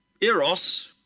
Eros